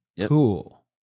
Cool